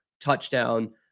touchdown